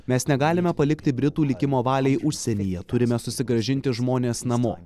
mes negalime palikti britų likimo valiai užsienyje turime susigrąžinti žmones namo